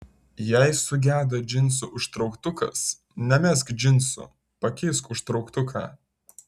jei sugedo džinsų užtrauktukas nemesk džinsų pakeisk užtrauktuką